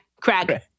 Craig